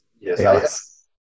yes